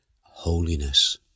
holiness